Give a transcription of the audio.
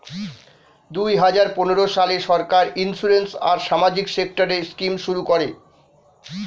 দুই হাজার পনেরো সালে সরকার ইন্সিওরেন্স আর সামাজিক সেক্টরের স্কিম শুরু করে